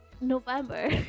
November